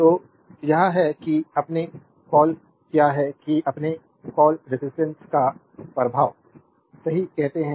तो यह है कि अपने कॉल क्या है कि अपने कॉल रेजिस्टेंस का प्रभाव सही कहते हैं